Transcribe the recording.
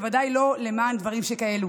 בוודאי לא למען דברים שכאלה.